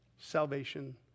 salvation